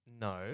No